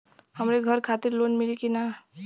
हमरे घर खातिर लोन मिली की ना?